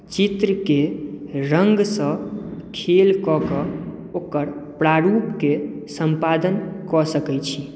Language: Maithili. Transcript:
चित्रकेँ रङ्गसँ खेल कऽ कऽ ओकर प्रारूपके सम्पादन कऽ सकैत छी